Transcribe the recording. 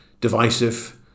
divisive